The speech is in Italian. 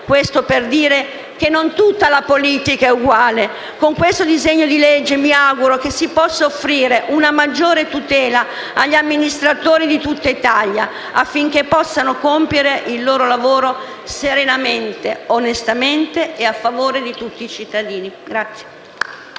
questo per dire che non tutta la politica è uguale. Mi auguro che con il disegno di legge in esame si possa offrire una maggiore tutela agli amministratori di tutta Italia, affinché possano compiere il loro lavoro serenamente, onestamente e a favore di tutti i cittadini.